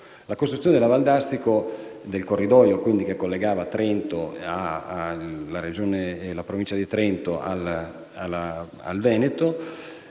La costruzione della Valdastico, cioè del corridoio che collega la provincia di Trento al Veneto,